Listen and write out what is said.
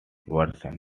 worsened